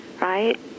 right